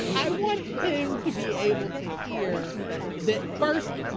i want him to be able to hear that first.